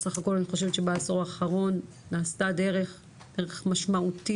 בסך הכול אני חושבת שבעשור האחרון נעשתה דרך משמעותית